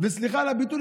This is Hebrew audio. וסליחה על הביטוי,